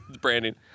Branding